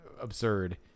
absurd